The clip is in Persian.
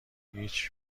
هیچ